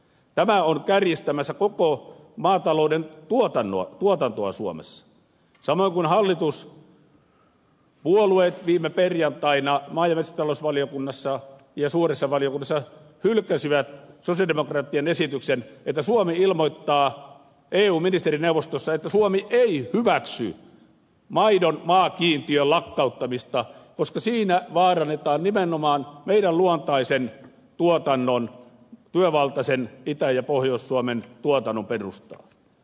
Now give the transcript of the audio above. tämä on kärjistämässä koko maatalouden tuotantoa suomessa samalla kun hallituspuolueet viime perjantaina maa ja metsätalousvaliokunnassa ja suuressa valiokunnassa hylkäsivät sosialidemokraattien esityksen että suomi ilmoittaa eu ministerineuvostossa että suomi ei hyväksy maidon maakiintiön lakkauttamista koska siinä vaarannetaan nimenomaan meidän luontaisen tuotantomme työvaltaisen itä ja pohjois suomen tuotannon perustaa